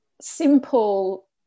simple